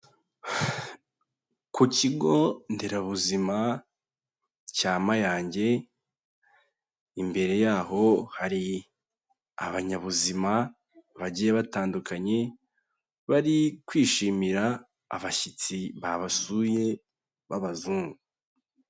Ku kigo nderabuzima cya Mayange, imbere yaho hari abanyabuzima bagiye batandukanye bari kwishimira abashyitsi babasuye b'abazungu.